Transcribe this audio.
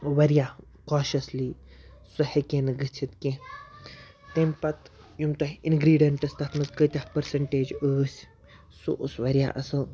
واریاہ کاشَشلی سُہ ہیٚکہِ ہے نہٕ گٔژھِتھ کینٛہہ تٔمۍ پَتہٕ یِم تۄہہِ اِنگرٛیٖڈٮ۪نٛٹٕس تَتھ منٛز کۭتیٛاہ پٔرسَنٹیج ٲسۍ سُہ اوس واریاہ اَصٕل